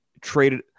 traded